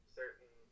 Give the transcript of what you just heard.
certain